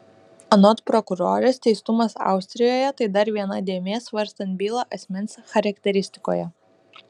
anot prokurorės teistumas austrijoje tai dar viena dėmė svarstant bylą asmens charakteristikoje